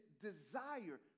desire